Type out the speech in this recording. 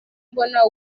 mbona